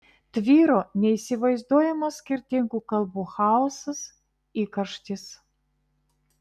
tvyro neįsivaizduojamas skirtingų kalbų chaosas įkarštis